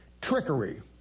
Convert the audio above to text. trickery